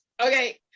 Okay